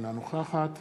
אינה נוכחת